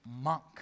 monk